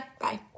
bye